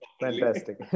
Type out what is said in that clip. fantastic